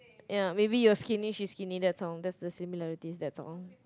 ya maybe you're skinny she's skinny that's all that's the similarities that's all